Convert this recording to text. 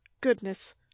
goodness